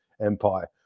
Empire